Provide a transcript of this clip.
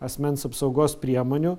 asmens apsaugos priemonių